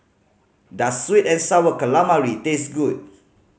does sweet and Sour Calamari taste good